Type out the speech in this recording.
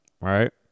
right